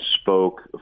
spoke